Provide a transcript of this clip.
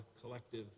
collective